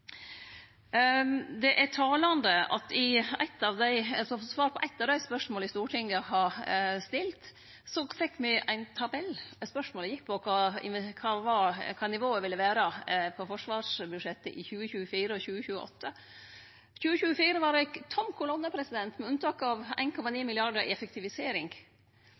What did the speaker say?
Det er talande at som svar på eit av spørsmåla Stortinget har stilt, fekk me ein tabell. Spørsmålet gjekk på kva nivået ville vere på forsvarsbudsjettet i 2024 og 2028. For 2024 var det ei tom kolonne, med unntak av 1,9 mrd. kr i effektivisering.